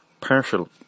partial